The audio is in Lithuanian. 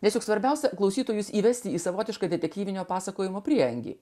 nes juk svarbiausia klausytojus įvesti į savotišką detektyvinio pasakojimo prieangį